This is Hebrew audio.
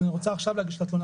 אני רוצה עכשיו להגיש את התלונה,